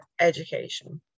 education